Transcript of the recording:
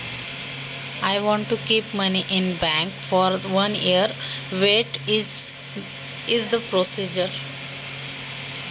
मला एक वर्षासाठी बँकेत पैसे ठेवायचे आहेत त्याची प्रक्रिया काय?